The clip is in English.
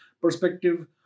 perspective